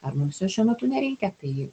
ar mums jo šiuo metu nereikia tai